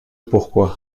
pourquoi